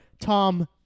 Tom